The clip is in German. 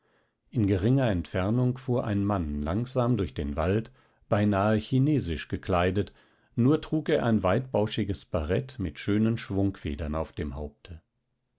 in geringer entfernung fuhr ein mann langsam durch den wald beinahe chinesisch gekleidet nur trug er ein weitbauschiges barett mit schönen schwungfedern auf dem haupte